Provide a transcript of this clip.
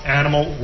animal